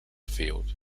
field